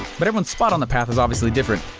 but everyone's spot on the path is obviously different.